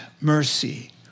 mercy